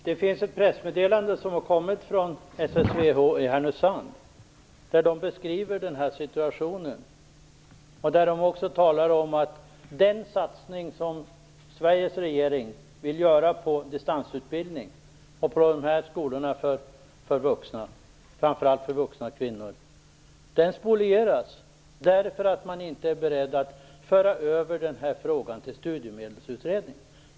Herr talman! Det har kommit ett pressmeddelande från SSV i Härnösand där man beskriver denna situationen. Man talar om att den satsning som Sveriges regering vill göra på distansutbildning och på dessa skolor för vuxna, framför allt för vuxna kvinnor, spolieras därför att vi inte är beredda att föra över frågan till Studiemedelsutredningen.